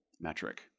metric